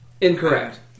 Incorrect